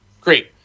Great